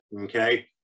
Okay